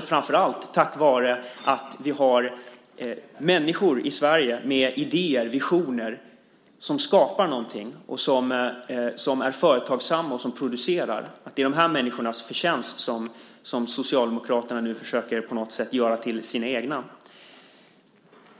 Framför allt beror det dock kanske på att vi har människor i Sverige med idéer och visioner som skapar någonting, som är företagsamma och som producerar. Det som är dessa människors förtjänst försöker Socialdemokraterna nu på något sätt göra till sin egen.